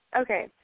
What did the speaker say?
Okay